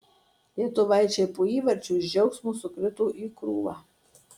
lietuvaičiai po įvarčio iš džiaugsmo sukrito į krūvą